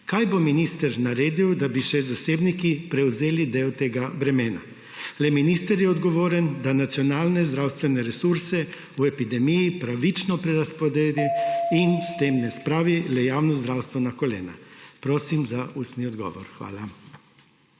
Kaj bo minister naredil, da bi še zasebniki prevzeli del tega bremena? Le minister je odgovoren, da nacionalne zdravstvene resurse v epidemiji pravično prerazporeja in s tem ne spravi le javnega zdravstva na kolena. Prosim, za ustni odgovor. Hvala.